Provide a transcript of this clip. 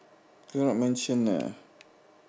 cannot mention ah